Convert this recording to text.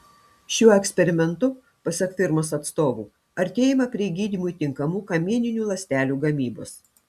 šiuo eksperimentu pasak firmos atstovų artėjama prie gydymui tinkamų kamieninių ląstelių gamybos